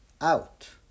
out